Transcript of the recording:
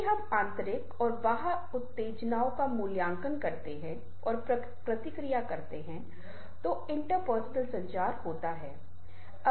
जब भी हम आंतरिक और बाह्य उत्तेजनाओं का मूल्यांकन करते हैं और प्रतिक्रिया करते हैं तो इन्टरपर्सनल संचार होता है